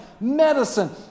medicine